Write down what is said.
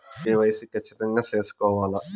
KYC ఖచ్చితంగా సేసుకోవాలా